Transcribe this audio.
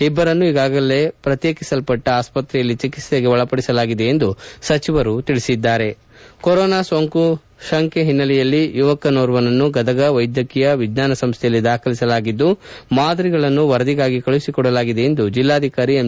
ಇಬ್ಬರನ್ನು ಈಗಾಗಲೇ ಪ್ರತ್ಯೇಕಿಸಲ್ಲಟ್ಟ ಆಸ್ಪತ್ರೆಯಲ್ಲಿ ಚಿಕಿತ್ಸೆಗೆ ಒಳಪಡಿಸಲಾಗಿದೆ ಎಂದು ಸಚಿವರು ತಿಳಿಸಿದ್ದಾರೆ ಕೊರೋನಾ ಸೋಂಕು ಶಂಕೆ ಹಿನ್ನೆಲೆಯಲ್ಲಿ ಯುವಕನೋರ್ವನನ್ನು ಗದಗ ವೈದ್ಯಕೀಯ ವಿಜ್ಞಾನ ಸಂಸ್ಥೆಯಲ್ಲಿ ದಾಖಲಿಸಲಾಗಿದ್ದು ಮಾದರಿಗಳನ್ನು ವರದಿಗಾಗಿ ಕಳುಹಿಸಿ ಕೊಡಲಾಗಿದೆ ಎಂದು ಜಿಲ್ಲಾಧಿಕಾರಿ ಎಂ